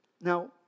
Now